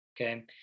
okay